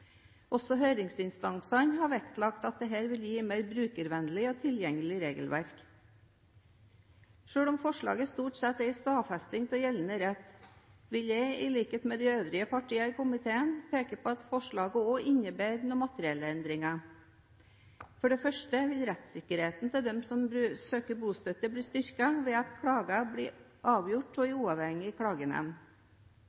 Også høringsinstansene har vektlagt at dette vil gi et mer brukervennlig og tilgjengelig regelverk. Selv om forslaget stort sett er en stadfesting av gjeldende rett, vil jeg, i likhet med de øvrige partiene i komiteen, peke på at forslaget også innebærer noen materielle endringer. For det første vil rettssikkerheten til dem som søker bostøtte, bli styrket ved at klager blir avgjort av